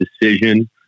decision